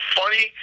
funny